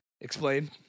Explain